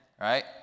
right